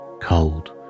cold